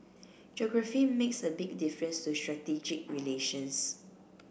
geography makes a big difference to strategic relations